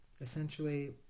Essentially